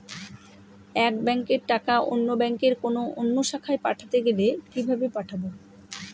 এক ব্যাংকের টাকা অন্য ব্যাংকের কোন অন্য শাখায় পাঠাতে গেলে কিভাবে পাঠাবো?